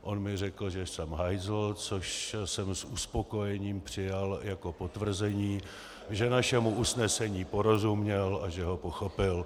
On mi řekl, že jsem hajzl, což jsem s uspokojením přijal jako potvrzení, že našemu usnesení porozuměl a že ho pochopil.